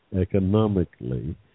economically